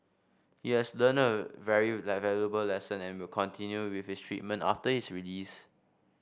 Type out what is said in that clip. he has learnt a very valuable lesson and will continue with his treatment after his release